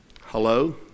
Hello